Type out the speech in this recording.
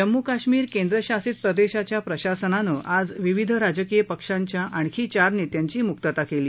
जम्मू कश्मीर केंद्रशासित प्रदेशाच्या प्रशासनानं आज विविध राजकीय पक्षांच्या अजून चार नेत्यांची मुक्तता केली